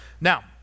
Now